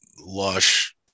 lush